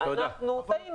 מורכבים.